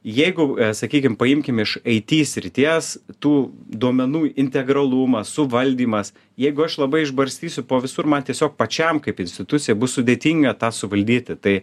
jeigu sakykim paimkim iš aity srities tų duomenų integralumas suvaldymas jeigu aš labai išbarstysiu po visur man tiesiog pačiam kaip institucija bus sudėtinga tą suvaldyti tai